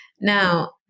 Now